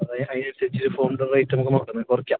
അതിനനുസരിച്ച് ഫോണിൻ്റെ റേറ്റ് നമുക്ക് മൊത്തമായി കുറയ്ക്കാം